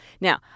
Now